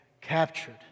captured